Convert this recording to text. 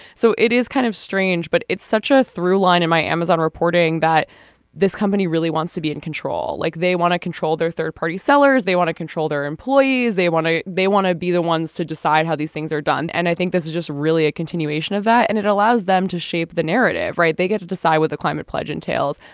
so it is kind of strange but it's such a through line in my amazon reporting that this company really wants to be in control like they want to control their third party sellers. they want to control their employees. they want to. they want to be the ones to decide how these things are done. and i think this is just really a continuation of that and it allows them to shape the narrative right. they get to decide what the climate pledge entails.